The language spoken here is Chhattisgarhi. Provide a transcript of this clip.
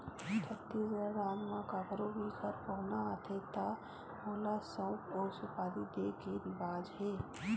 छत्तीसगढ़ राज म कखरो भी घर पहुना आथे त ओला सउफ अउ सुपारी दे के रिवाज हे